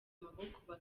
amaboko